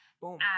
Boom